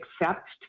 accept